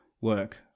work